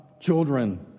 children